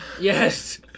Yes